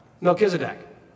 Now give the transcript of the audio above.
Melchizedek